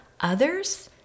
others